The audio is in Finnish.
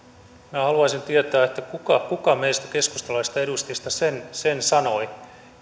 minä haluaisin tietää kuka meistä keskustalaisista edustajista sen sen sanoi